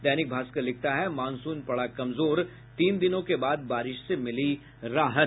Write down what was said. दैनिक भास्कर लिखता है मॉनसून पड़ा कमजोर तीन दिनों के बाद बारिश से मिली राहत